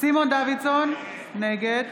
סימון דוידסון, נגד